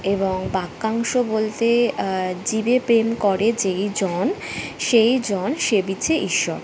এবং বাক্যাংশ বলতে জীবে প্রেম করে যেই জন সেই জন সেবিছে ঈশ্বর